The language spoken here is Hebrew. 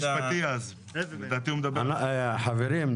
חברים,